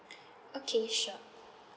okay sure